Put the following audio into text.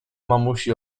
mamusi